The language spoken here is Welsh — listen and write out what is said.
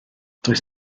does